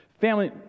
Family